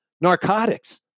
narcotics